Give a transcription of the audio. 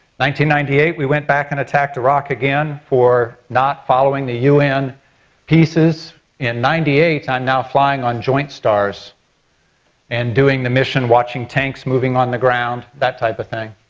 ninety ninety eight we went back and attacked iraq again for not following the un peaces and in ninety eight, i'm now flying on joint stars and doing the mission watching tanks moving on the ground, that type of thing.